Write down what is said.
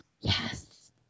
yes